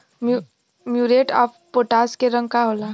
Muriate of potash के रंग का होला?